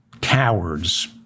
cowards